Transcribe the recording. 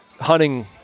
hunting